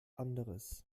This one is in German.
anderes